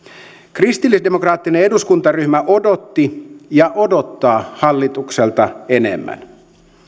kristillisdemokraattinen eduskuntaryhmä odotti ja odottaa hallitukselta enemmän